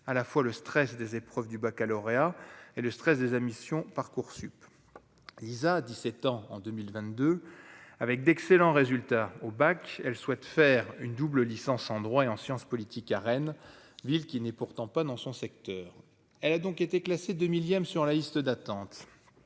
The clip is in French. à la fois le stress des épreuves du Baccalauréat et le stress de sa mission Parcoursup Lisa 17 ans en 2022 avec d'excellents résultats au bac, elle souhaite faire une double licence en droit et en sciences politiques à Rennes, ville qui n'est pourtant pas dans son secteur, elle a donc été classée 2 millième sur la liste d'attente,